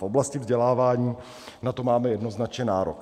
V oblasti vzdělávání na to máme jednoznačně nárok.